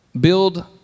build